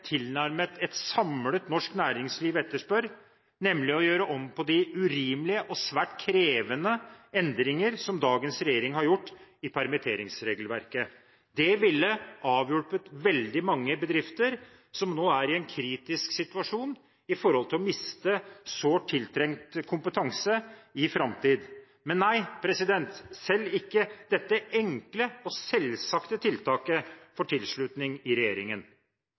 tilnærmet samlet norsk næringsliv etterspør, nemlig å gjøre om på de urimelige og svært krevende endringer som dagens regjering har gjort i permitteringsregelverket. Det ville avhjulpet veldig mange bedrifter som nå er i en kritisk situasjon med tanke på å miste sårt tiltrengt kompetanse i framtiden. Men nei, selv ikke dette enkle og selvsagte tiltaket får tilslutning i regjeringen.